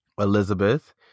Elizabeth